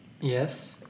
Yes